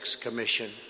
Commission